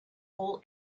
all